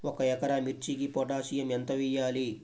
ఒక ఎకరా మిర్చీకి పొటాషియం ఎంత వెయ్యాలి?